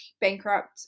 bankrupt